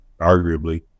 arguably